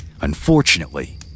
Unfortunately